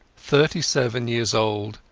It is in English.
thirty-seven years old,